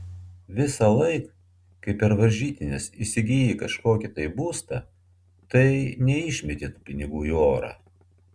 visąlaik kai per varžytines įsigyji kažkokį tai būstą tai neišmeti tų pinigų į orą